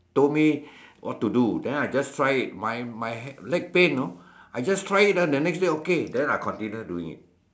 told me what to do then I just try it my my leg pain you know I just try it ah the next dau okay then I continue doing it